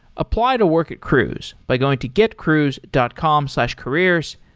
apply to work at cruise by going to getcruise dot com slash careers.